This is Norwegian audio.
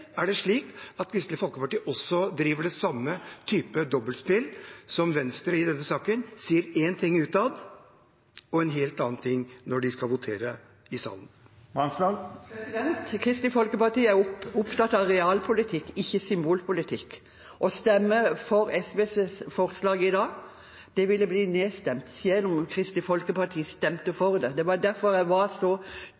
er det slik at Kristelig Folkeparti driver den samme typen dobbeltspill som Venstre i denne saken – sier én ting utad og en helt annen ting når de skal votere i salen? Kristelig Folkeparti er opptatt av realpolitikk, ikke symbolpolitikk. Å stemme for SVs forslag i dag – det ville blitt nedstemt selv om Kristelig Folkeparti stemte